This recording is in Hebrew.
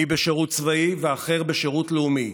מי בשירות צבאי ומי בשירות הלאומי,